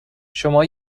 شما